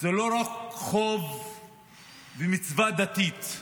זה לא רק חובה ומצווה דתית,